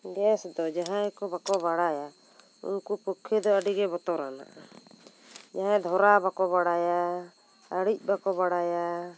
gas ᱫᱚ ᱡᱟᱦᱟᱸᱭ ᱠᱚ ᱵᱟᱠᱚ ᱵᱟᱲᱟᱭᱟ ᱩᱱᱠᱩ ᱯᱚᱠᱠᱷᱮ ᱫᱚ ᱟᱹᱰᱤᱜᱮ ᱵᱚᱛᱚᱨᱟᱱᱟ ᱡᱟᱦᱟᱸᱭ ᱫᱷᱚᱨᱟᱣ ᱵᱟᱠᱚ ᱵᱟᱲᱟᱭᱟ ᱟᱹᱲᱤᱡ ᱵᱟᱠᱚ ᱵᱟᱲᱟᱭᱟ